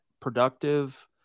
productive